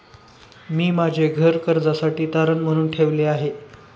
मी माझे घर कर्जासाठी तारण म्हणून ठेवले आहे